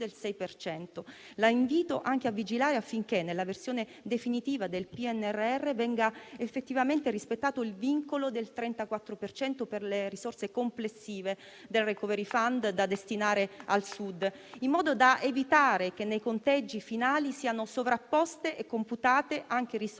cento. La invito anche a vigilare affinché, nella versione definitiva del PNRR, venga effettivamente rispettato il vincolo del 34 per cento per le risorse complessive del *recovery fund* da destinare al Sud, in modo da evitare che nei conteggi finali siano sovrapposte e computate anche risorse